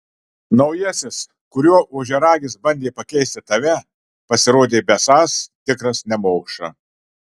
naujasis kuriuo ožiaragis bandė pakeisti tave pasirodė besąs tikras nemokša